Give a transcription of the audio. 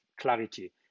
clarity